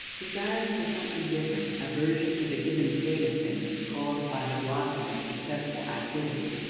desires for something different, aversion to the given state of things caused by the blocking of successful activity,